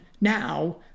now